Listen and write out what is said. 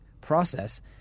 process